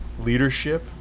leadership